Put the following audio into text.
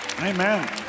Amen